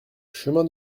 chemin